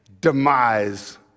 demise